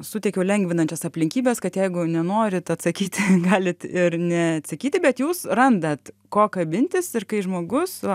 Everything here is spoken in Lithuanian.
suteikiau lengvinančias aplinkybes kad jeigu nenorit atsakyti galit ir neatsakyti bet jūs randat ko kabintis ir kai žmogus